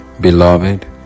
Beloved